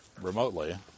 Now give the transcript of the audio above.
remotely